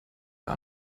für